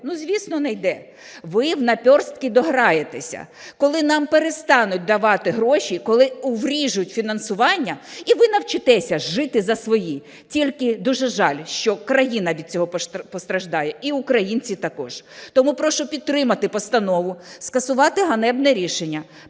Ну, звісно, не йде. Ви в наперстки дограєтеся. Коли нам перестануть давати гроші, коли уріжуть фінансування, і ви навчитеся жити за свої. Тільки дуже жаль, що країна від цього постраждає, і українці також. Тому прошу підтримати постанову, скасувати ганебне рішення,